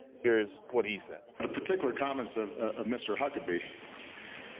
here is what he said. the particular comments of mr. huckabee